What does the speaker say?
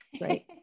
right